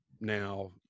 now